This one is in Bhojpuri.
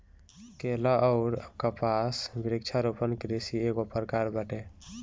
केला अउर कपास वृक्षारोपण कृषि एगो प्रकार बाटे